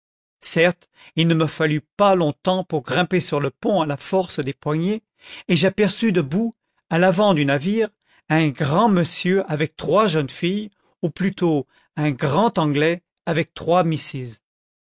certes il ne me fallut pas longtemps pour grimper sur le pont à la force des poignets et j'aperçus debout à l'avant du navire un grand monsieur avec trois jeunes filles ou plutôt un grand anglais avec trois misses